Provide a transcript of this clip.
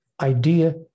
idea